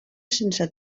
sense